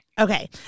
Okay